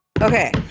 Okay